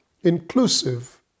inclusive